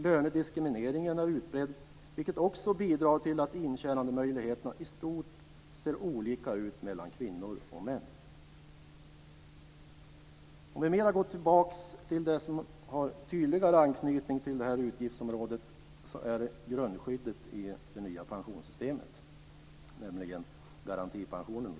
Lönediskrimineringen är utbredd, och även det bidrar till att intjänandemöjligheterna i stort ser olika ut mellan kvinnor och män. Låt mig gå tillbaka till något som har tydligare anknytning till utgiftsområde 11, nämligen det grundskydd i det nya pensionssystemet som framgent kommer att utgöras av garantipensionen.